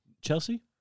Chelsea